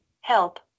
help